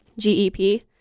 GEP